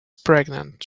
pregnant